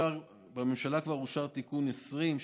בממשלה כבר אושר תיקון 20,